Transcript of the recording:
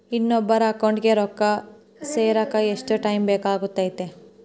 ಇನ್ನೊಬ್ಬರ ಅಕೌಂಟಿಗೆ ರೊಕ್ಕ ಸೇರಕ ಎಷ್ಟು ಟೈಮ್ ಬೇಕಾಗುತೈತಿ?